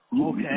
Okay